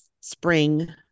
spring